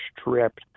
stripped